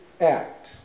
act